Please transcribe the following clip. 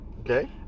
Okay